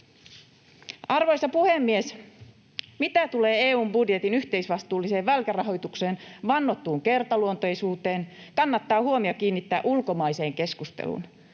Arvoisa puhemies! Mitä tulee EU:n budjetin yhteisvastuulliseen velkarahoitukseen ja vannottuun kertaluonteisuuteen, kannattaa huomio kiinnittää ulkomaiseen keskusteluun.